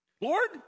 Lord